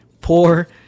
poor